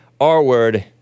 R-word